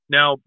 Now